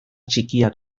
txikia